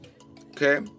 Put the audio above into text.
okay